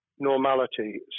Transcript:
Normality